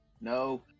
No